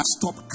stop